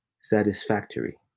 satisfactory